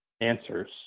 answers